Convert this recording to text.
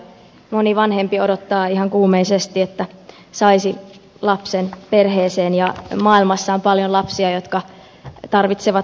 moni vanhempi odottaa ihan kuumeisesti että saisi lapsen perheeseen ja maailmassa on paljon lapsia jotka tarvitsevat rakastavia vanhempia